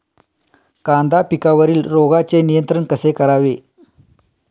कांदा पिकावरील रोगांचे नियंत्रण कसे करावे?